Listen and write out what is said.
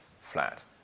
flat